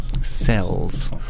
Cells